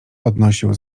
odnosił